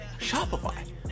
Shopify